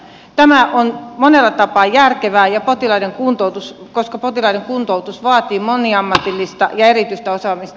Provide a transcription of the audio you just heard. tämä on monella tapaa järkevää koska potilaiden kuntoutus vaatii moniammatillista ja erityistä osaamista